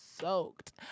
soaked